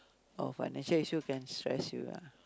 oh financial issues can stress you ah